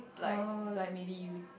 how like maybe you